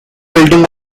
building